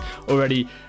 already